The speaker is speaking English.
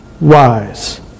wise